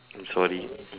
sorry